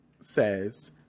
says